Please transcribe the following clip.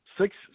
six